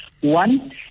One